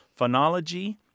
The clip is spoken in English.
phonology